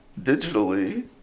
digitally